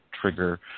trigger